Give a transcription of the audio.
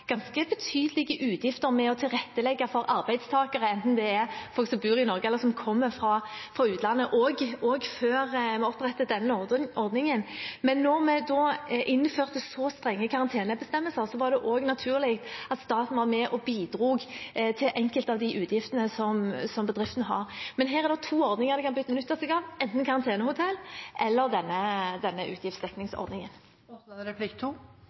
ganske betydelige utgifter med å tilrettelegge for arbeidstakere, enten det er folk som bor i Norge, eller folk som kommer fra utlandet, også før vi opprettet denne ordningen. Men da vi da innførte så strenge karantenebestemmelser, var det også naturlig at staten var med og bidro til enkelte av de utgiftene som bedriftene har. Her er det to ordninger de kan benytte seg av, enten karantenehotell eller denne